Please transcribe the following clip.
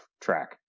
track